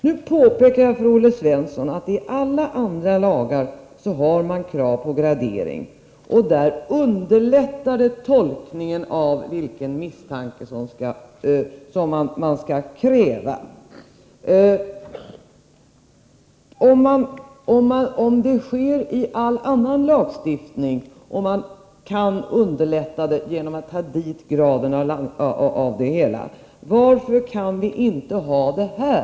Jag påpekade för Olle Svensson att man i alla andra lagar har krav på gradering, och det underlättar tolkningen av vilken misstanke som skall krävas. Om det sker i all annan lagstiftning och man kan underlätta genom att ha med graden av misstanke, varför kan vi inte ha det i detta fall?